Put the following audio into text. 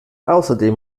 außerdem